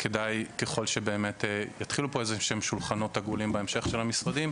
ככל שיתחילו פה בהמשך שולחנות עגולים של המשרדים,